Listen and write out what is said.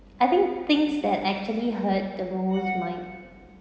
I think things that actually hurt the most might